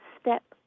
step